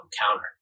counter